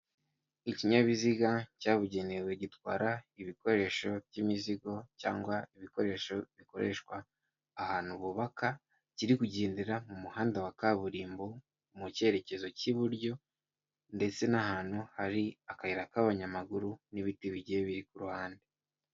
Ikinyabiziga cyabugenewe gitwara ibikoresho by'imizigo cyangwa ibikoresho bikoreshwa ahantu bubaka kiri kugendera mu muhanda wa kaburimbo mu cyerekezo cy'iburyo ndetse n'ahantu hari akayira k'abanyamaguru n'ibiti bigiye biri ku ruhande.